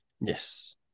Yes